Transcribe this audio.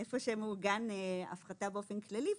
היכן שמעוגת הפחתה באופן כללי.